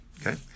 okay